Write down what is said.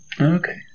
okay